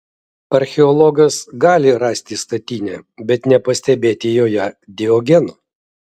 archeologas gali rasti statinę bet nepastebėti joje diogeno